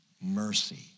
mercy